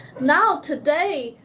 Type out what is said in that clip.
now, today,